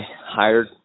hired